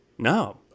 No